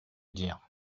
dire